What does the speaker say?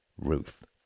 Ruth